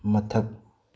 ꯃꯊꯛ